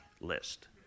list